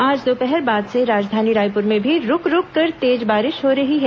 आज दोपहर बाद से राजधानी रायपुर में भी रूक रूककर तेज बारिश हो रही है